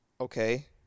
okay